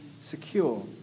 secure